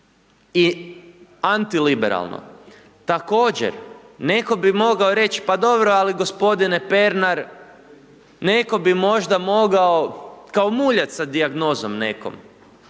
i antiliberalno. Također neko bi mogao reći pa dobro ali gospodine Pernar neko bi možda mogao kao muljat sa dijagnozom nekom,